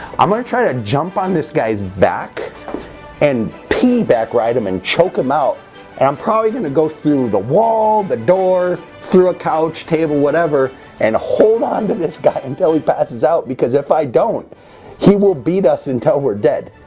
i'm going to try to jump on this guy's back and piggy back ride him and choke him out and i'm probably going to go through the wall the door through a couch table whatever and hold on to this guy until he passes out because if i don't he will beat us until we're dead.